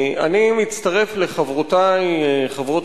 אני מצטרף לחברותי, חברות